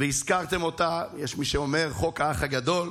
והזכרתם אותה, יש מי שאומר, "חוק האח הגדול".